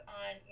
on